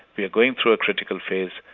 we're going through a critical phase,